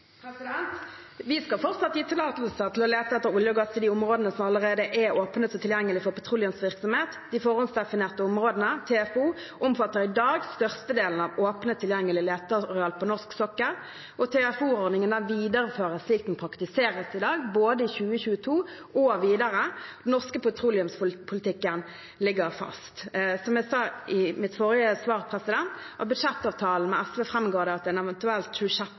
gassektoren? Vi skal fortsatt gi tillatelser til å lete etter olje og gass i de områdene som allerede er åpnet og tilgjengelig for petroleumsvirksomhet. De forhåndsdefinerte områdene, TFO, omfatter i dag størstedelen av åpne, tilgjengelige leteareal på norsk sokkel, og TFO-ordningen videreføres slik den praktiseres i dag, både i 2022 og videre. Den norske petroleumspolitikken ligger fast. Som jeg sa i mitt forrige svar, framgår det av budsjettavtalen med SV at en eventuell 26. konsesjonsrunde ikke vil bli utlyst i 2022. Budsjettavtalen betyr altså at det